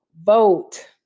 Vote